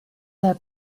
their